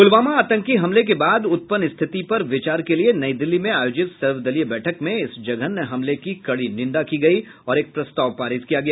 पुलवामा आतंकी हमले के बाद उत्पन्न स्थिति पर विचार के लिए नई दिल्ली में आयोजित सर्वदलीय बैठक में इस जघन्य हमले की कड़ी निन्दा की गई और एक प्रस्ताव पारित किया गया